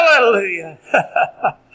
Hallelujah